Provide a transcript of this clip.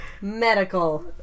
Medical